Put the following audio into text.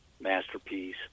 masterpiece